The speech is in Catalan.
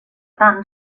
tant